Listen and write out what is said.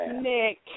Nick